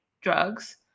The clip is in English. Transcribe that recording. drugs